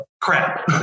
crap